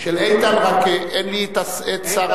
של איתן, רק אין לי שר